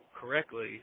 correctly